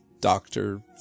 doctor